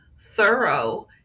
thorough